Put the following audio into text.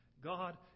God